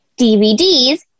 DVDs